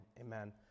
Amen